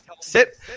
sit